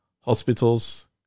hospitals